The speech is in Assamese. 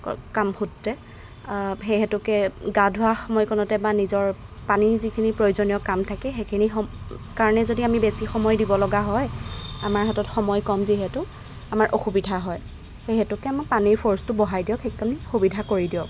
কামসূত্ৰে সেই হেতুকে গা ধোৱা সময়কণতে বা নিজৰ পানীৰ যিখিনি প্ৰয়োজনীয় কাম থাকে সেইখিনি কাৰণে যদি আমি বেছি সময় দিব লগা হয় আমাৰ হাতত সময় কম যিহেতু আমাৰ অসুবিধা হয় সেই হেতুকে পানীৰ ফৰ্চটো বঢ়াই দিয়ক সেইকণ সুবিধা কৰি দিয়ক